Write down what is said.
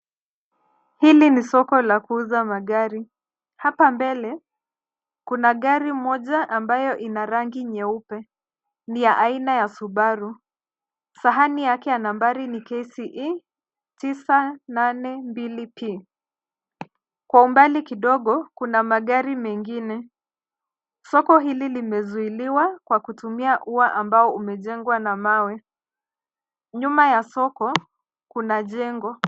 Hili ni soko la kuuza magari. Hapa mbele kuna gari moja ambayo ina rangi nyeupe, ni ya aina ya Subaru. Sahani yake ya nambari ni KCE 982P. Kwa umbali kidogo kuna magari mengine. Soko hili limezuiliwa kwa kutumia ua ambao umejengwa na mawe. Nyuma ya soko kuna jengo.